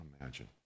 imagine